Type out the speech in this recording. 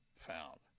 found